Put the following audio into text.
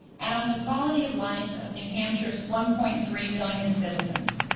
and on the quality of life of new hampshire's one point three million citizens.